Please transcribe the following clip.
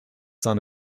son